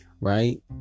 right